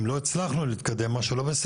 אם לא הצלחנו להתקדם, משהו לא בסדר.